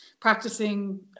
practicing